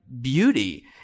beauty